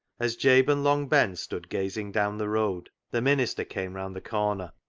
as jabe and long ben stood gazing down the road the minister came round the corner.